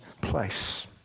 place